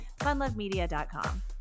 Funlovemedia.com